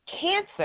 Cancer